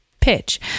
pitch